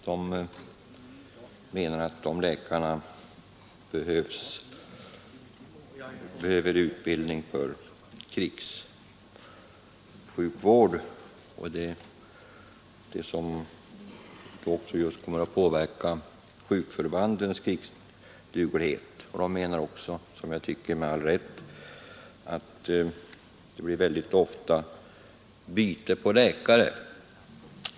De menar att ifrågavarande läkare behöver utbildning för krigssjukvård och att denna lösning kommer att påverka sjukförbandens krigsduglighet. De framhåller också — som jag tycker med all rätt — att det mycket ofta blir byte av läkare.